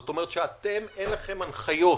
זאת אומרת, שאתם, אין לכם הנחיות,